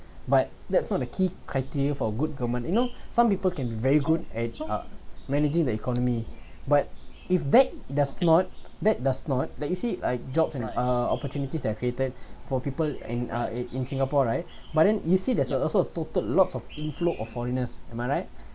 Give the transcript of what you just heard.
but that's not a key criteria for good government you know some people can be very good at uh managing the economy but if that does not that does not like you see like jobs and uh opportunities that are created for people in uh in singapore right but then you see there's also a total lots of inflow of foreigners am I right